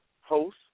host